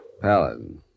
Paladin